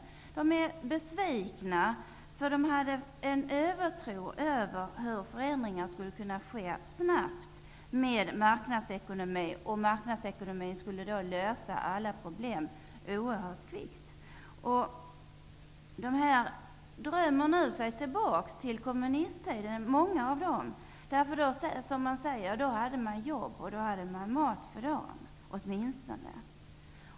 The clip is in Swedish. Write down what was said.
Människor är besvikna, för de hade en övertro när det gällde att snabbt åstadkomma förändringar genom marknadsekonomin. Marknadsekonomin skulle lösa alla problem oerhört kvickt, trodde man. Många drömmer sig nu tillbaka till tiden med kommunismen, därför att då -- som man säger -- hade människor åtminstone jobb och mat för dagen.